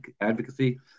advocacy